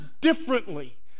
differently